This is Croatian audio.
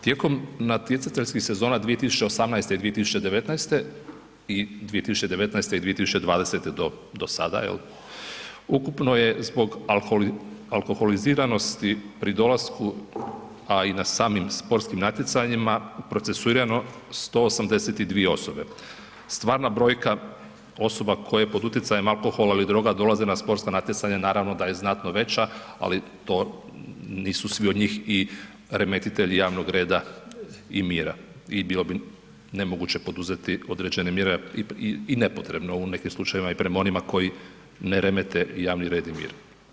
Tijekom natjecateljskih sezona 2018. i 2019. i 2019. i 2020. do, do sada evo, ukupno je zbog alkoholiziranosti pri dolasku, a i na samim sportskim natjecanjima procesuirano 182 osobe, stvarna brojka osoba koje pod utjecajem alkohola ili droga dolaze na sportska natjecanja naravno da je znatno veća, ali to nisu svi od njih i remetitelji javnog reda i mira i bilo bi nemoguće poduzeti određene mjere i nepotrebno u nekim slučajevima i prema onima koji ne remete javni red i mir.